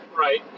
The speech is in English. Right